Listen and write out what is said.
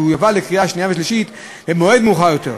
והוא יובא לקריאה שנייה ולקריאה שלישית במועד מאוחר יותר.